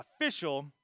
Official